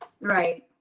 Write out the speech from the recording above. Right